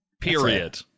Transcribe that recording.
Period